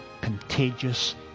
contagious